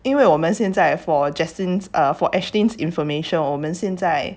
因为我们现在 for jaslyn's uh for ashlyn's information 我们现在